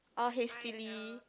or hastily